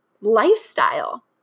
lifestyle